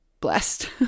blessed